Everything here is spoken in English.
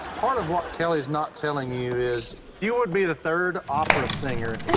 part of what kelly is not telling you is you would be the third opera singer. and